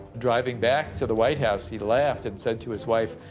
driving back to the white house he laughed and said to his wife,